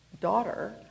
daughter